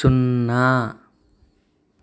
సున్నా